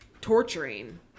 torturing